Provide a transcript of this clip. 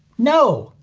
no.